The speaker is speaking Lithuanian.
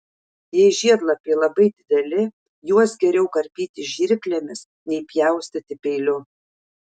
jei žiedlapiai labai dideli juos geriau karpyti žirklėmis nei pjaustyti peiliu